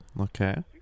Okay